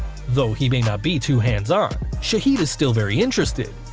though he may not be too hands on, shahid is still very interested,